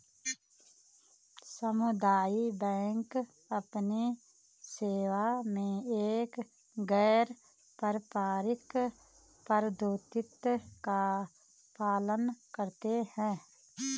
सामुदायिक बैंक अपनी सेवा में एक गैर पारंपरिक पद्धति का पालन करते हैं